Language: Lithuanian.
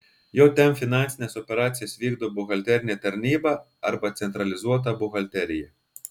jm finansines operacijas vykdo buhalterinė tarnyba arba centralizuota buhalterija